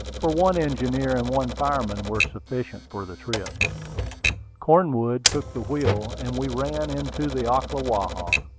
for one engineer and one fireman were sufficient for the trip cornwood took the wheel, and we ran into the ocklawaha.